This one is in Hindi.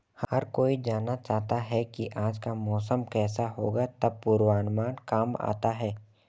हर कोई जानना चाहता है की आज का मौसम केसा होगा तब पूर्वानुमान काम आता है